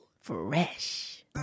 fresh